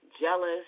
jealous